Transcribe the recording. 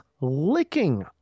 licking